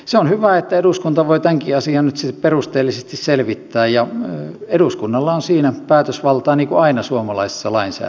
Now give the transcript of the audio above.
se on hyvä että eduskunta voi tämänkin asian nyt sitten perusteellisesti selvittää ja eduskunnalla on siinä päätösvaltaa niin kuin aina suomalaisessa lainsäädännössä